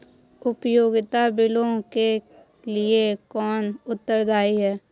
उपयोगिता बिलों के लिए कौन उत्तरदायी है?